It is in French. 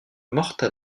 morta